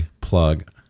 plug